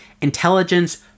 Intelligence